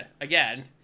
again